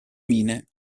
mine